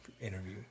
interview